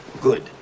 Good